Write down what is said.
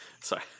Sorry